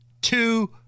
two